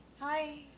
Hi